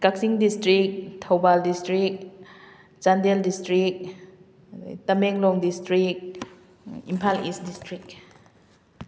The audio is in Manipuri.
ꯀꯛꯆꯤꯡ district Thoubal district Chandel district ꯑꯗꯩ Tamenglong district Imphal east district